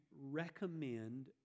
recommend